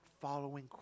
following